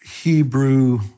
Hebrew